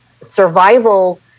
survival